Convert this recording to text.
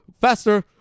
faster